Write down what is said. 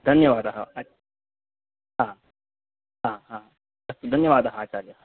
धन्यवादः आच् हा हा हा अस्तु धन्यवादः आचार्यः